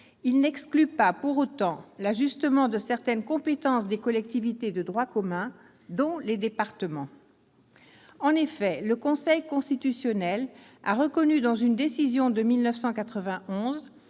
il n'exclut pas pour autant l'ajustement de certaines compétences des collectivités de droit commun, dont les départements. En effet, le Conseil constitutionnel a reconnu, dans une décision de 1991,